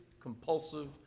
compulsive